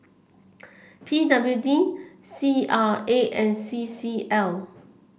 P W D C R A and C C L